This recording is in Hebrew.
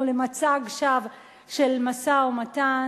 או למצג שווא של משא-ומתן,